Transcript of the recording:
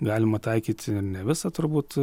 galima taikyt ne visą turbūt